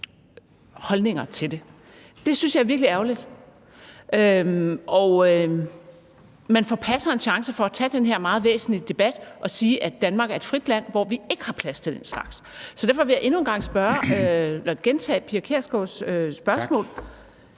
holdninger til det. Det synes jeg er virkelig ærgerligt. Man forpasser en chance til at tage den her meget væsentlige debat og sige, at Danmark er et frit land, hvor vi ikke har plads til den slags. Derfor vil jeg gentage fru Pia Kjærsgaards spørgsmål: